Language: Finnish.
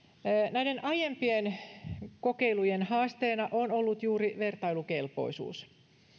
näiden aiempien kokeilujen haasteena on ollut juuri vertailukelpoisuus